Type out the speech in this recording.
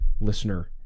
listener